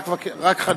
רק חנין.